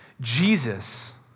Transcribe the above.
Jesus